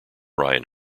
ryan